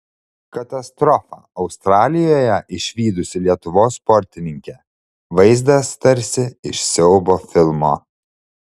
katastrofą australijoje išvydusi lietuvos sportininkė vaizdas tarsi iš siaubo filmo